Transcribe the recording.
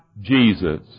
Jesus